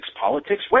Politics